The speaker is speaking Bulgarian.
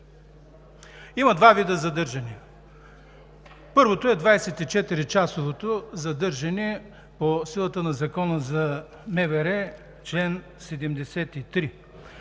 Има два вида задържания. Първото е 24-часовото задържане по силата на Закона за Министерство